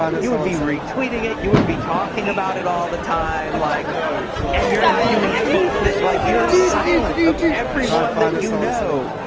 you would be retweeting it, you would be talking about it all the time. like and you're not doing anything. like you're silent of everyone that you know.